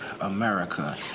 America